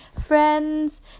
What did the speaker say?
friends